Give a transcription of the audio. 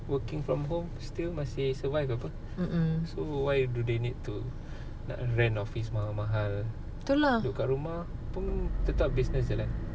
working from home still masih survive apa so why do they need to like rent office mahal-mahal duduk kat rumah pun tetap business jalan